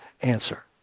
answer